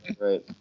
right